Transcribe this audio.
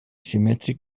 symmetric